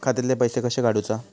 खात्यातले पैसे कशे काडूचा?